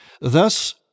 thus